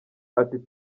ati